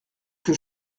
que